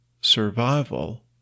survival